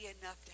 enough